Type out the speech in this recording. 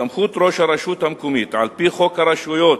סמכות ראש הרשות המקומית: על-פי חוק הרשויות